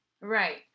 Right